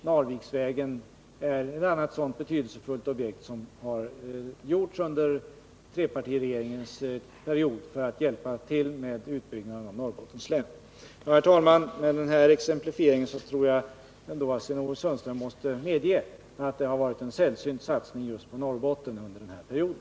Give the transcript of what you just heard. Narviksvägen är ett annat betydelsefullt objekt man satsat på under trepartiregeringens period för att hjälpa till med utbyggnaden av Norrbottens län. Herr talman! Med denna exemplifiering tror jag ändå Sten-Ove Sundström måste medge att det varit en sällsynt satsning just på Norrbotten under den här perioden.